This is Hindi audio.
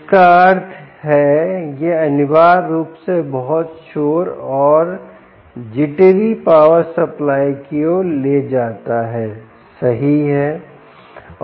जिसका अर्थ है यह अनिवार्य रूप से बहुत शोर और जिटरी पावर सप्लाई की ओर ले जाता है सही है